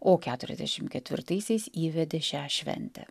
o keturiasdešim ketvirtaisiais įvedė šią šventę